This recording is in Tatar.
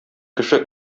кеше